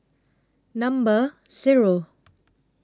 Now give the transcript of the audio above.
Number Zero